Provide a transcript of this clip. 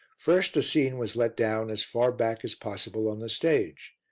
first a scene was let down as far back as possible on the stage.